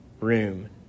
room